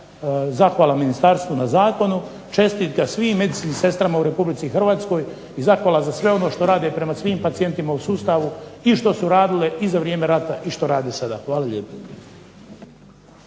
zahvala ministarstvu na zakonu. Čestitke svim medicinskim sestrama u Republici Hrvatskoj i zahvala za sve ono što rade prema svim pacijentima u sustavu i što su radile i za vrijeme rata i što rade sada. Hvala lijepo.